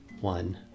One